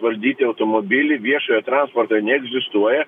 valdyti automobilį viešojo transporto neegzistuoja